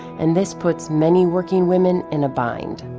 and this puts many working women in a bind.